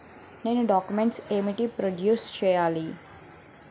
నేను డాక్యుమెంట్స్ ఏంటి ప్రొడ్యూస్ చెయ్యాలి?